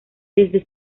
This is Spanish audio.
desde